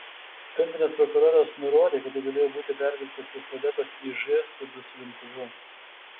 skambinęs prokuroras nurodė kad tai galėjo būti perdirbtas pistoletas iž su duslintuvu